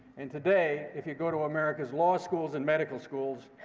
and today, if you go to america's law schools and medical schools,